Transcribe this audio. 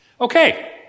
Okay